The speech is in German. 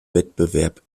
wettbewerb